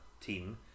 team